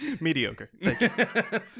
mediocre